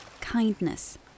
kindness